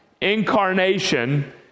incarnation